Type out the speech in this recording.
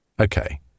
Okay